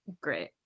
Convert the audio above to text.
great